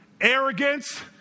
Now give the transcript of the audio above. Arrogance